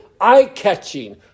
eye-catching